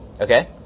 Okay